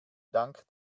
dank